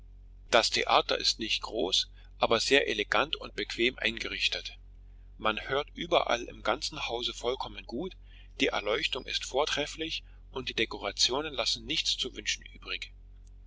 das theater ist nicht groß aber sehr elegant und bequem eingerichtet man hört überall im ganzen hause vollkommen gut die erleuchtung ist vortrefflich und die dekorationen lassen nichts zu wünschen übrig